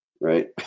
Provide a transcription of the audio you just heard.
right